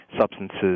substances